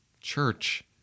church